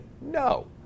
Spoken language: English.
no